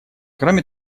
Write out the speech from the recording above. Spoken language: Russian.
кроме